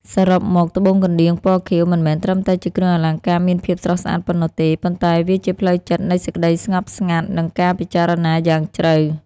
សរុបមក ត្បូងកណ្ដៀង ពណ៌ខៀវ មិនមែនត្រឹមជាគ្រឿងអលង្ការមានភាពស្រស់ស្អាតប៉ុណ្ណោះទេ ប៉ុន្តែវាជាផ្លូវចិត្តនៃសេចក្ដីស្ងប់ស្ងាត់ និងការពិចារណាយ៉ាងជ្រៅ។